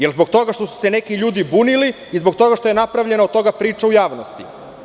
Da li zbog toga što su se neki ljudi bunili ili zbog toga što je napravljena priča u javnosti.